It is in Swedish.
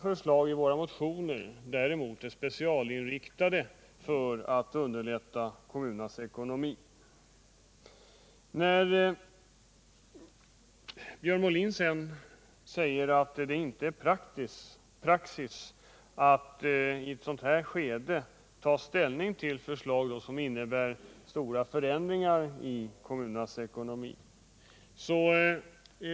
Förslagen i våra motioner är däremot specialinriktade för att underlätta kommunernas ekonomi. Björn Molin säger vidare att det inte är praxis att i ett sådant här skede ta ställning till ert förslag, som innebär stora förändringar i kommunernas ekonomi.